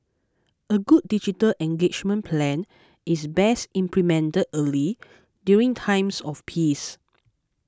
a good digital engagement plan is best implemented early during times of peace